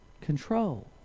Control